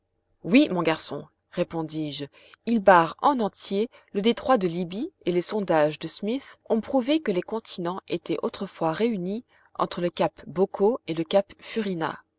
oui mon garçon répondis-je il barre en entier le détroit de libye et les sondages de smith ont prouvé que les continents étaient autrefois réunis entre le cap boco et le cap furina